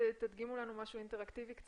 שתדגימו לנו משהו אינטראקטיבי אם יש,